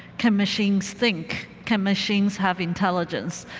can machines think? can machines have intelligence?